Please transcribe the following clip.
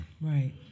Right